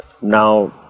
now